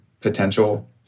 potential